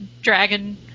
Dragon